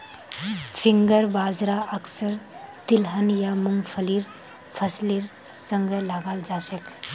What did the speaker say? finger बाजरा अक्सर तिलहन या मुंगफलीर फसलेर संगे लगाल जाछेक